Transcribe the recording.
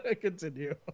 Continue